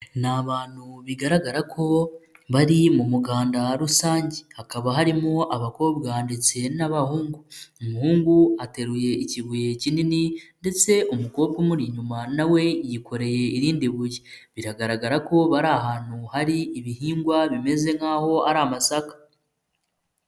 Ni abantu bigaragara ko bo bari mu muganda rusange, hakaba harimo abakobwa ndetse n'abahungu, umuhungu ateruye ikibuye kinini ndetse umukobwa umuri inyuma na we yikoreye irindi buye, biragaragara ko bari ahantu hari ibihingwa bimeze nk'aho ari amasaka.